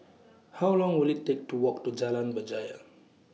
How Long Will IT Take to Walk to Jalan Berjaya